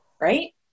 right